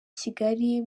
kigali